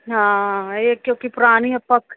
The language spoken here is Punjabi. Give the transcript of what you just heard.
ਹਾਂ ਇਹ ਕਿਉਂਕੀ ਪੁਰਾਣੀ ਆਪਾਂ